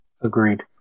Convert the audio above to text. Agreed